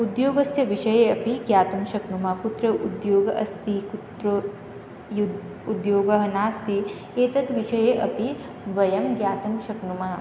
उद्योगस्य विषये अपि ज्ञातुं शक्नुमः कुत्र उद्योगः अस्ति कुत्र यु उद्योगः नास्ति एतत् विषये अपि वयं ज्ञातुं शक्नुमः